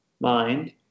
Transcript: mind